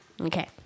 Okay